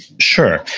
sure.